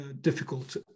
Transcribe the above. difficult